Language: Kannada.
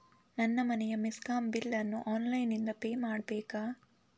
ನನ್ನ ಮನೆಯ ಮೆಸ್ಕಾಂ ಬಿಲ್ ಅನ್ನು ಆನ್ಲೈನ್ ಇಂದ ಪೇ ಮಾಡ್ಬೇಕಾ?